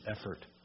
effort